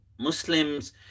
Muslims